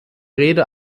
rede